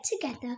together